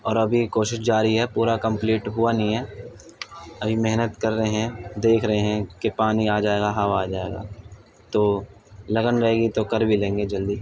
اور ابھی کوشش جاری ہے پورا کمپلیٹ ہوا نہیں ہے ابھی محنت کر رہے ہیں دیکھ رہے ہیں کہ پانی آ جائے گا ہوا آ جائے گا تو لگن رہے گی تو کر بھی لیں گے جلدی